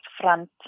front